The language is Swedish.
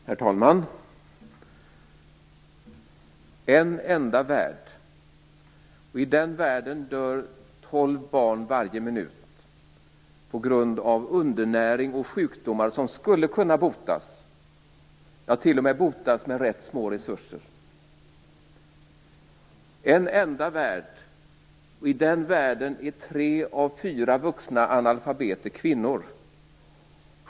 Herr talman! En enda värld - och i den världen dör tolv barn varje minut på grund av undernäring och sjukdomar som skulle kunna botas t.o.m. med rätt små resurser. En enda värld - och i den världen är tre av fyra vuxna analfabeter kvinnor.